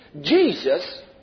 Jesus